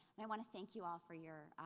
and i want to thank you all for your,